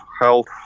health